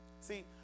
See